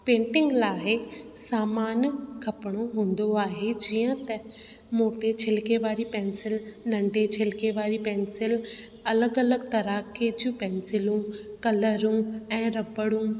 painting लाइ सामान खपिणो हूंदो आहे जीअं त मोटे छिलके वारी पेंसिल नंढे छिलके वारी पेंसिल अलॻि अलॻि तरह के जूं पेंसिलियूं कलरू ऐं रबड़ू